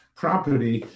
property